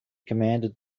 commanded